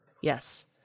Yes